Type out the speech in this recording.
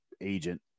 agent